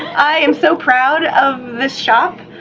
i am so proud of this shop.